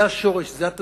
זה השורש, זו התמצית,